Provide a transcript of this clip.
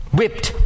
whipped